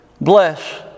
Bless